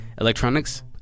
Electronics